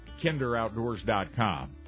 KinderOutdoors.com